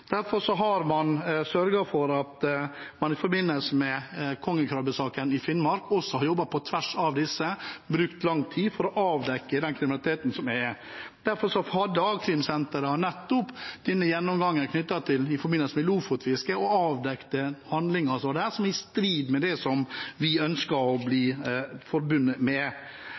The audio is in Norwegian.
Derfor har man sørget for at man i forbindelse med kongekrabbesaken i Finnmark også har jobbet på tvers av disse og brukt lang tid for å avdekke den kriminaliteten som er. Derfor hadde a-krimsentrene nettopp denne gjennomgangen i forbindelse med lofotfisket og avdekket handlinger der som er i strid med det vi ønsker å bli forbundet med.